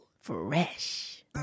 fresh